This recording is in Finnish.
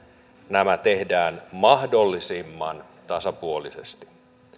nämä tehdään mahdollisimman tasapuolisesti